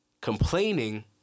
complaining